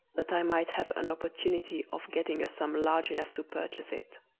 that i might have an opportunity of getting a sum large enough to purchase it.